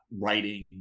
writing